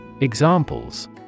Examples